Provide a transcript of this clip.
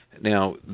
Now